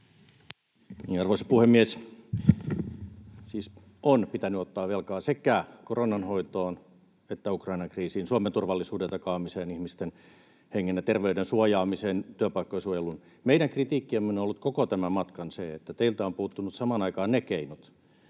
Arvoisa puhemies! Siis on pitänyt ottaa velkaa sekä koronan hoitoon että Ukrainan kriisiin, Suomen turvallisuuden takaamiseen, ihmisten hengen ja terveyden suojaamiseen, työpaikkojen suojeluun. Meidän kritiikkimme on ollut koko tämän matkan se, että teiltä ovat puuttuneet samaan aikaan ne keinot,